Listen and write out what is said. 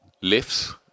lifts